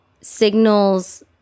signals